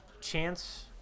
chance